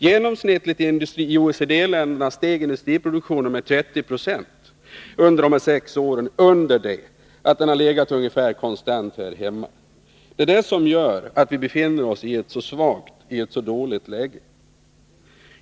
Genomsnittligt i OECD-länderna steg industriproduktionen med 30 26 under dessa sex år, under det att den legat ungefär konstant här hemma. Det är det som gör att vi befinner oss i ett så dåligt läge.